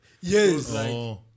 Yes